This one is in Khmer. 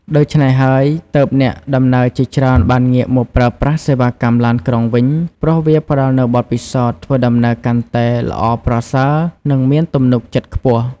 ដូច្នេះហើយ ទើបអ្នកដំណើរជាច្រើនបានងាកមកប្រើប្រាស់សេវាកម្មឡានក្រុងវិញព្រោះវាផ្តល់នូវបទពិសោធន៍ធ្វើដំណើរកាន់តែល្អប្រសើរនិងមានទំនុកចិត្តខ្ពស់។